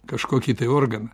kažkokį tai organą